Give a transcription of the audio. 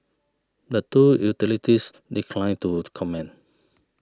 the two utilities declined to comment